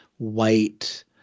White